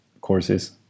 courses